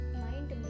mind